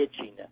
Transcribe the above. itchiness